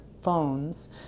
phones